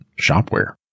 Shopware